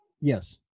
Yes